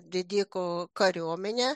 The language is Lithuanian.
didikų kariuomenė